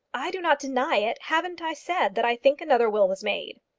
i do not deny it. haven't i said that i think another will was made?